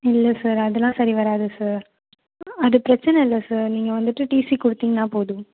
இல்லை சார் அதலாம் சரி வராது சார் அது பிரச்சனை இல்லை சார் நீங்கள் வந்துவிட்டு டிசி கொடுத்திங்னா போதும்